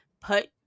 Put